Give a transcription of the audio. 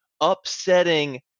upsetting